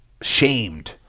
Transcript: shamed